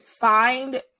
find